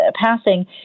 passing